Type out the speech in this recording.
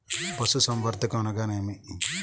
పశుసంవర్ధకం అనగానేమి?